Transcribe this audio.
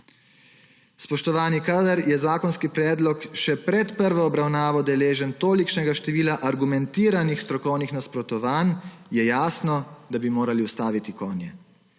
Spoštovani, kadar je zakonski predlog še pred prvo obravnavo deležen tolikšnega števila argumentiranih strokovnih nasprotovanj, je jasno, da bi morali ustaviti konje.